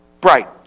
bright